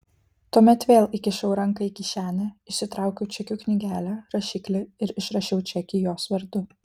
tuomet vėl įkišau ranką į kišenę išsitraukiau čekių knygelę rašiklį ir išrašiau čekį jos vardu